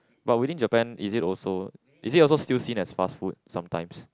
but within Japan is it also is it also still seen as fast food sometimes